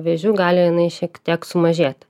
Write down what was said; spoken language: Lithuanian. vėžiu gali jinai šiek tiek sumažėti